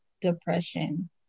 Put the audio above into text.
depression